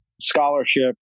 Scholarship